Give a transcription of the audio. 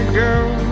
girl